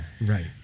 Right